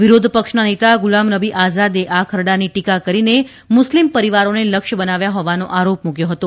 વિરોધપક્ષના નેતા ગુલામનબી આઝાદે આ ખરડાની ટીકા કરીને મુસ્લીમ પરિવારોને લક્ષ્ય બનાવ્યા હોવાનો આરોપ મૂક્યો હતો